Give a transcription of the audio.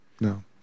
No